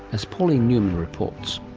as pauline newman reports.